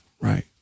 right